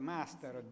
Master